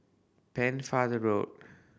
Pennefather Road